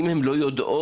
אם הן לא יודעות,